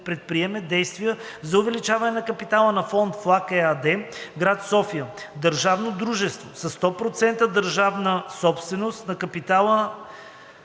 предприеме действия за увеличаване на капитала на „Фонд ФЛАГ“ ЕАД, гр. София – държавно дружество със 100 процента държавна собственост на капитала